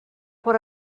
what